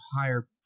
higher